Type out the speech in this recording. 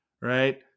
right